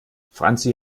franzi